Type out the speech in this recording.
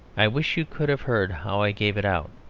i wish you could have heard how i gave it out.